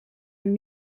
een